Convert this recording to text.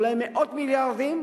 אולי מאות מיליארדים,